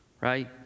right